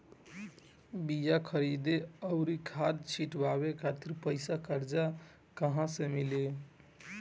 बीया खरीदे आउर खाद छिटवावे खातिर पईसा कर्जा मे कहाँसे मिली?